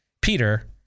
Peter